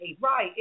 right